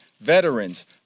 veterans